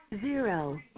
Zero